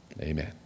Amen